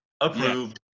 Approved